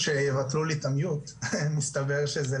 אני מנהל תחום קידום תעסוקה בנציבות שיוויון